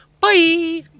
Bye